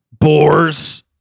Boars